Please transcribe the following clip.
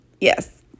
yes